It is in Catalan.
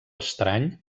estrany